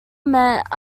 met